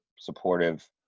supportive